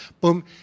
boom